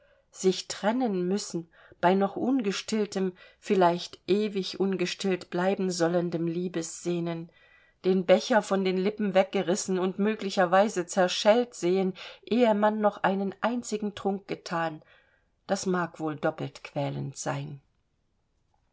sich trennen müssen bei noch ungestilltem vielleicht ewig ungestillt bleiben sollendem liebessehnen den becher von den lippen weggerissen und möglicherweise zerschellt sehen ehe man noch einen einzigen trunk gethan das mag wohl doppelt quälend sein